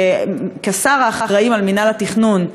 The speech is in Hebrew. כשר האחראי למינהל התכנון,